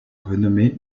renommé